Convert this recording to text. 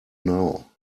now